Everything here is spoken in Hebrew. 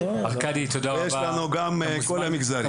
יש לנו גם מכל המרכזים.